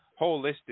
holistic